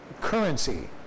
currency